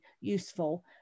useful